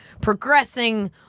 progressing